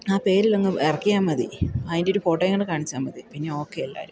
ആ പേരിലങ്ങ് ഇറക്കിയാൽ മതി അതിൻ്റെ ഒരു ഫോട്ടോയും കൂടി കാണിച്ചാൽ മതി പിന്നെ ഓക്കെ എല്ലാവരും